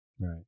Right